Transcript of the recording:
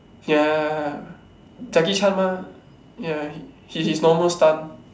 ya Jackie Chan mah ya he his normal stunt